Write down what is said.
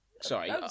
Sorry